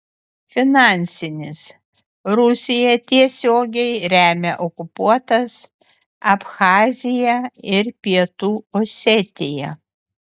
finansinis rusija tiesiogiai remia okupuotas abchaziją ir pietų osetiją